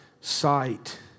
sight